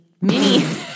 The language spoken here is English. mini